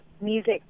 music